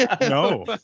No